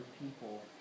people